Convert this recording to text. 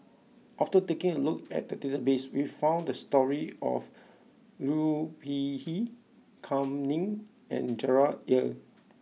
after taking a look at the database we found the stories of Liu Peihe Kam Ning and Gerard Ee